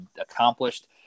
accomplished